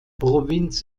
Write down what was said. provinz